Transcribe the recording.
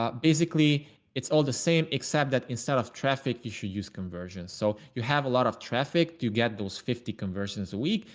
basically it's all the same, except that instead of traffic, you should use conversions. so you have a lot of traffic. you get those fifty conversions a week.